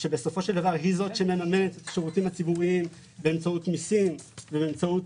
שבסופו של דבר היא זו שמממנת את השירותים הציבוריים באמצעות מסים ובאמצעות